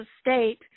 state